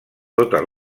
totes